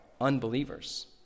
unbelievers